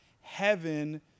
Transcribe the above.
heaven